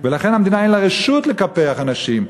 לכן המדינה אין לה רשות לקפח אנשים.